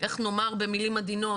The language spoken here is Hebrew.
איך נאמר במילים עדינות?